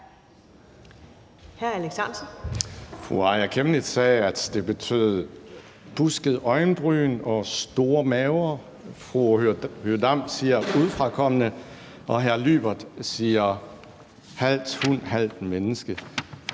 Fru Aaja Chemnitz sagde, at det betød »buskede øjenbryn« og »store maver«, fru Aki-Matilda Høegh-Dam siger »udefrakommende«, og hr. Juaaka Lyberth siger »halvt hund, halvt menneske«.